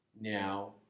now